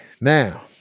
Now